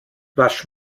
wasch